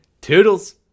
toodles